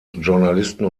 journalisten